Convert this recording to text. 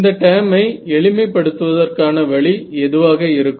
இந்த டேர்மை எளிமை படுத்துவதற்கான வழி எதுவாக இருக்கும்